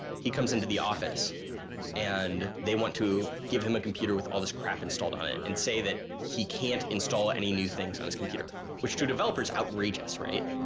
he comes into the office and they want to give him a computer with all this crap installed on it and say that he can't install any new things on this computer, which to a developer is outrageous, right?